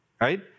right